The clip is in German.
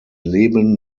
leben